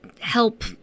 help